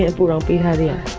yeah boy i'll be heavier